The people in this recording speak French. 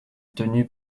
tenu